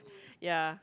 ya